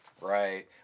Right